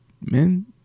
men